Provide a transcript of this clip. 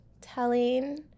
telling